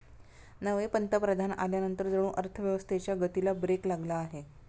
नवे पंतप्रधान आल्यानंतर जणू अर्थव्यवस्थेच्या गतीला ब्रेक लागला आहे